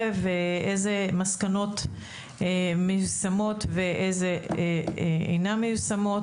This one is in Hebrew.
ואיזה מסקנות מיושמות ואיזה אינן מיושמות.